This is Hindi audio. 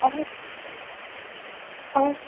और और